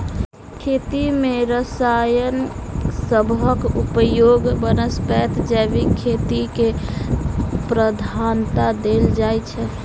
खेती मे रसायन सबहक उपयोगक बनस्पैत जैविक खेती केँ प्रधानता देल जाइ छै